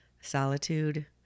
solitude